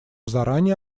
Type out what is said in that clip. заранее